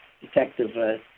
Detective